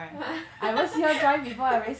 !wah!